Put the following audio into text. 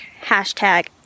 Hashtag